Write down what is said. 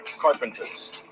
carpenters